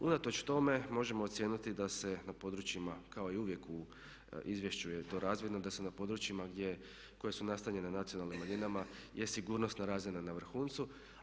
Unatoč tome možemo ocijeniti da se na područjima kao i uvijek u izvješću je to razvidno da se na područjima gdje, koje su … na nacionalnim manjinama je sigurnosna razina na vrhuncu.